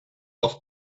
off